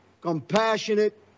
compassionate